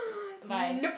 bye